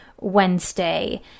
Wednesday